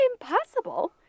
impossible